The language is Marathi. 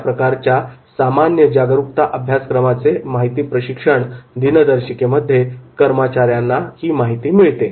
अशा प्रकारच्या सामान्य जागरूकता अभ्यासक्रमाचे माहिती प्रशिक्षण दिनदर्शिके मध्ये कर्मचाऱ्यांना मिळते